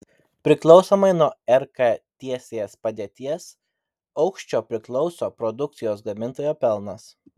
priklausomai nuo rk tiesės padėties aukščio priklauso produkcijos gamintojo pelnas